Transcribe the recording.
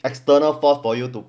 external force for you too